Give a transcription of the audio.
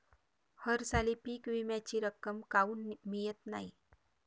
हरसाली पीक विम्याची रक्कम काऊन मियत नाई?